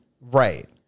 Right